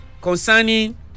concerning